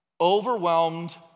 overwhelmed